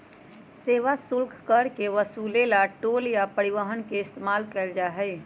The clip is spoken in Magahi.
सेवा शुल्क कर के वसूले ला टोल या परिवहन के इस्तेमाल कइल जाहई